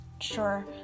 sure